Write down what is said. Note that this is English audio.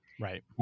right